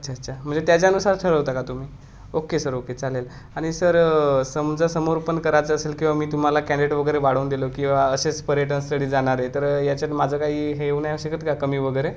अच्छा अच्छा म्हणजे त्याच्यानुसार ठरवता का तुम्ही ही ओके सर ओके चालेल आणि सर समजा समोर पण करायचं असेल किंवा मी तुम्हाला कँडडेट वगैरे वाढवून दिलो किंवा असेच पर्यटनस्थळी जाणारे तर याच्यात माझं काही हे होऊ नाही शकत का कमी वगैरे